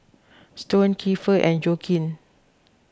Stone Kiefer and Joaquin